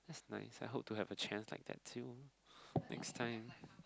that's nice I hope to have a chance like that too next time